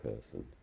person